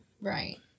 Right